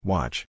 Watch